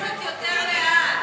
לא, אתה צריך לקרוא קצת יותר לאט.